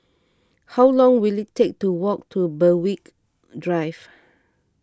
how long will it take to walk to Berwick Drive